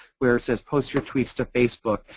where it says post your tweets to facebook,